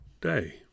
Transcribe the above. day